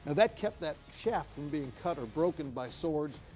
that kept that shaft from being cut or broken by swords,